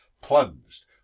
plunged